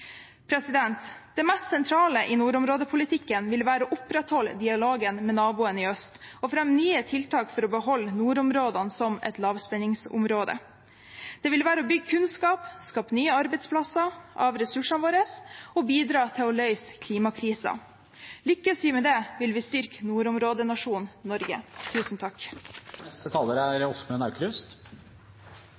Det mest sentrale i nordområdepolitikken vil være å opprettholde dialogen med naboen i øst og fremme nye tiltak for å beholde nordområdene som et lavspenningsområde. Det ville være å bygge kunnskap, skape nye arbeidsplasser av ressursene våre og bidra til å løse klimakrisen. Lykkes vi med det, vil vi styrke nordområdenasjonen Norge. Takk